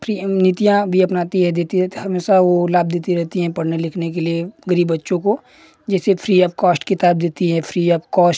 free नीतियाँ भी अपनाती है देती रहती है हमेशा वो लाभ देती रहेती हैं पढ़ने लिखने के लिए गरीब बच्चों को जैसे फ्री ऑफ कोश्ट किताब देती है फ्री ऑफ कोश्ट